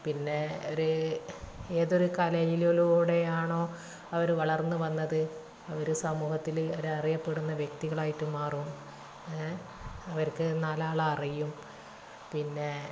പിന്നെ ഒരു ഏതൊരു കലയിലൂടെയാണോ അവർ വളർന്ന് വന്നത് അവർ സമൂഹത്തിൽ അവർ അറിയപ്പെടുന്ന വ്യക്തികളായിട്ട് മാറും ഏ അവഋക്ക് നാലാൾ അറിയും പിന്നെ